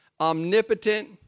omnipotent